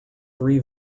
three